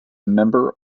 member